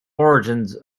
origins